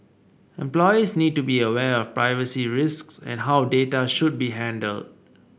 employees need to be aware of privacy risks and how data should be handled